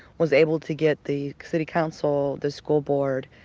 was able to get the city council, the school board,